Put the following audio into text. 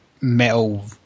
metal